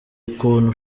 ukuntu